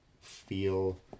feel